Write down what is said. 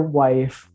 wife